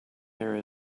there